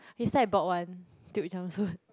yesterday I bought one jumpsuit